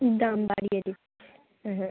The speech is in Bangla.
দাম বাড়িয়ে দিচ্ছে হ্যাঁ